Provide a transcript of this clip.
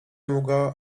mogła